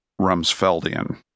Rumsfeldian